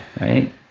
right